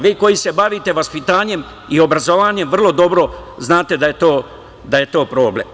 Vi koji se bavite vaspitanjem i obrazovanjem vrlo dobro znate da je to problem.